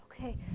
okay